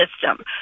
system